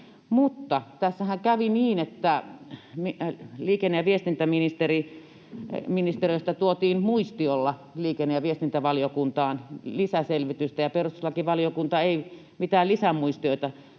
tässähän kävi niin, että liikenne‑ ja viestintäministeriöstä tuotiin muistiolla liikenne‑ ja viestintävaliokuntaan lisäselvitystä, mutta perustuslakivaliokunta ei mitään lisämuistioita tutkaile